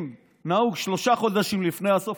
אם נהוג שלושה חודשים לפני הסוף,